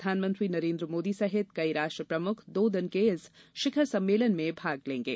प्रधनमंत्री नरेन्द्र मोदी सहित कई राष्ट्र प्रमुख दो दिन के इस शिखर सम्मेलन में भाग लेंगे